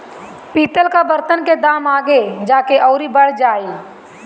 पितल कअ बर्तन के दाम आगे जाके अउरी बढ़ जाई